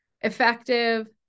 effective